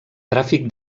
tràfic